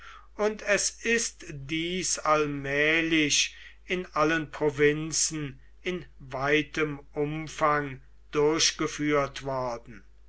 und es ist dies allmählich in allen provinzen in weitem umfang durchgeführt worden